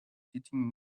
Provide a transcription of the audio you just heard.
sitting